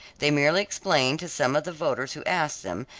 they merely explained to some of the voters who asked them,